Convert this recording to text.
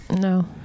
No